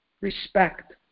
respect